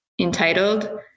entitled